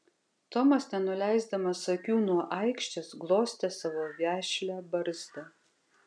tomas nenuleisdamas akių nuo aikštės glostė savo vešlią barzdą